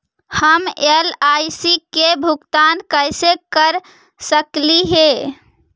हम एल.आई.सी के भुगतान कैसे कर सकली हे?